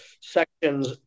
sections